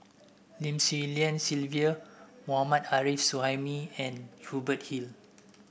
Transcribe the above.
Lim Swee Lian Sylvia Mohammad Arif Suhaimi and Hubert Hill